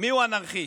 מיהו אנרכיסט?